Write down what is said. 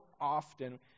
often